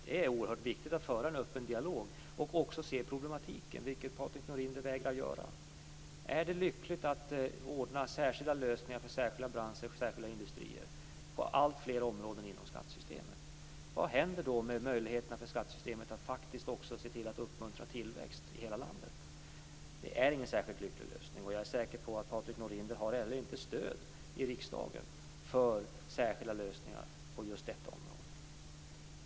Det är oerhört viktigt att föra en dialog och även att se problematiken, vilket Patrik Norinder vägrar att göra. Är det lyckligt att åstadkomma särskilda lösningar för särskilda branscher och särskilda industrier på alltfler områden inom skattesystemet? Vad händer då med möjligheterna för skattesystemet att faktiskt också uppmuntra tillväxt i hela landet? Det är ingen särskilt lycklig lösning, och jag är säker på att Patrik Norinder inte heller har stöd i riksdagen för särskilda lösningar på just detta område.